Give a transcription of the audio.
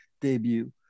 debut